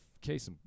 case